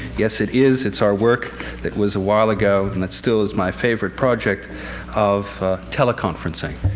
yes, it is. it's our work that was a while ago, and it still is my favorite project of teleconferencing.